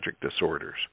disorders